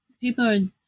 people